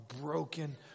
broken